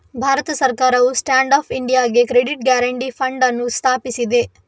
ಭಾರತ ಸರ್ಕಾರವು stand up ಇಂಡಿಯಾಗೆ credit guarantee fund ಅನ್ನು ಸ್ಥಾಪಿಸಿದೆ